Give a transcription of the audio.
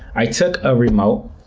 i took a remote,